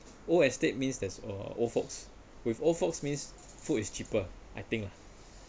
old estate means there's uh old folks with old folks means food is cheaper I think